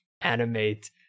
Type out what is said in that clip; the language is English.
animate